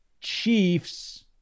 Chiefs